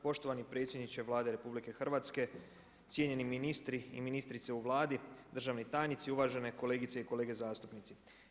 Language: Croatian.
Poštovani predsjedniče Vlade RH, cjenjeni ministri i ministrice u Vladi, državni tajnici, uvažene kolegice i kolege zastupnici.